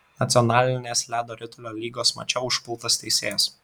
nacionalinės ledo ritulio lygos mače užpultas teisėjas